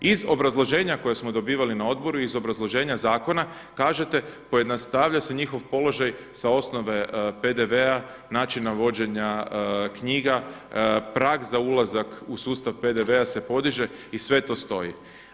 Iz obrazloženja koje smo dobivali na odboru i iz obrazloženja zakona kažete pojednostavljuje se njihov položaj s osnove PDV-a, načina vođenja knjiga, prag za ulazak u sustav PDV-a se podiže i sve to stoji.